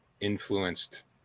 influenced